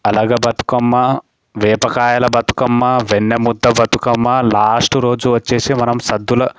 అలిగిన బతుకమ్మ వేపకాయల బతుకమ్మా వెన్న ముద్ద బతుకమ్మ లాస్ట్ రోజు వచ్చేసి మనం సద్దుల